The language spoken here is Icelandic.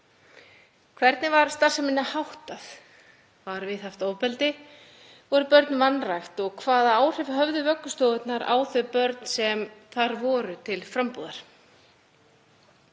Hvernig var starfseminni háttað? Var ofbeldi viðhaft? Voru börn vanrækt og hvaða áhrif höfðu vöggustofur á þau börn sem þar voru til frambúðar?